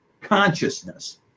consciousness